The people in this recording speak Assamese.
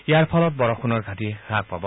ইয়াৰ ফলত বৰষুণৰ ঘাটি হ্যাস পাব